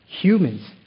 humans